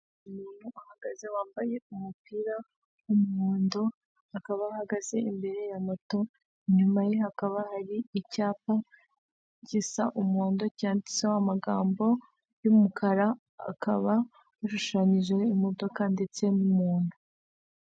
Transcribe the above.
Umuntu ahagaze wambaye umupira w'umuhondo akaba ahahagaze imbere ya moto, inyuma ye hakaba hari icyapa gisa umuhondo cyanditseho amagambo y'umukara, akaba ashushanyijeho imodoka ndetse n'umuntu.